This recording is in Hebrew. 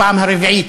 זו הפעם הרביעית,